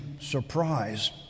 surprise